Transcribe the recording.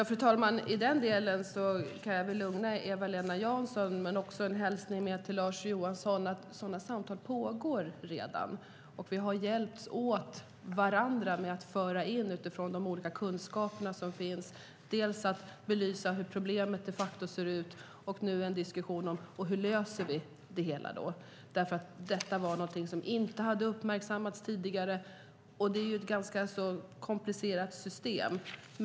Fru talman! I den delen kan jag lugna Eva-Lena Jansson och också skicka med en hälsning till Lars Johansson om att sådana samtal redan pågår. Vi har hjälpt varandra med att utifrån de olika kunskaper som finns föra in och belysa hur problemet de facto ser ur. Nu pågår en diskussion om hur vi löser det hela. Detta var någonting som inte hade uppmärksammats tidigare. Det är ett ganska komplicerat system.